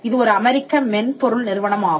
இது ஒரு அமெரிக்க மென்பொருள் நிறுவனம் ஆகும்